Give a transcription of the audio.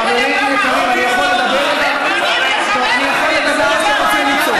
חברים יקרים, אני יכול לדבר או שאתם רוצים לצעוק?